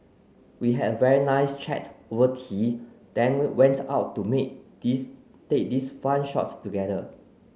we had a very nice chat over tea then we went out to me this take this fun shot together